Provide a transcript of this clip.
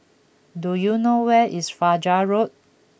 do you know where is Fajar Road